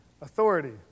authority